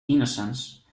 innocence